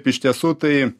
iš tiesų tai